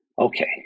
Okay